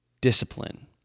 discipline